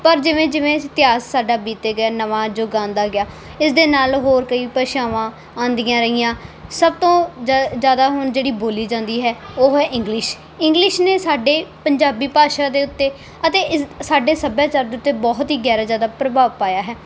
ਪਰ ਜਿਵੇਂ ਜਿਵੇਂ ਇਤਿਹਾਸ ਸਾਡਾ ਬੀਤੇ ਗਏ ਨਵਾਂ ਯੁਗ ਆਉਂਦਾ ਗਿਆ ਇਸ ਦੇ ਨਾਲ ਹੋਰ ਕਈ ਭਾਸ਼ਾਵਾਂ ਆਉਂਦੀਆਂ ਰਹੀਆਂ ਸਭ ਤੋਂ ਜਿ ਜ਼ਿਆਦਾ ਹੁਣ ਜਿਹੜੀ ਬੋਲੀ ਜਾਂਦੀ ਹੈ ਉਹ ਹੈ ਇੰਗਲਿਸ਼ ਇੰਗਲਿਸ਼ ਨੇ ਸਾਡੇ ਪੰਜਾਬੀ ਭਾਸ਼ਾ ਦੇ ਉੱਤੇ ਅਤੇ ਇਸ ਸਾਡੇ ਸੱਭਿਆਚਾਰ ਦੇ ਉੱਤੇ ਬਹੁਤ ਹੀ ਗਹਿਰਾ ਜ਼ਿਆਦਾ ਪ੍ਰਭਾਵ ਪਾਇਆ ਹੈ